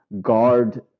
guard